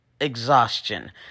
exhaustion